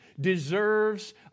deserves